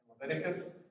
Leviticus